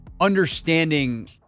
understanding